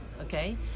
okay